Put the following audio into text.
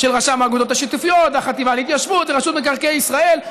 של רשם האגודות השיתופיות והחטיבה להתיישבות ורשות מקרקעי ישראל,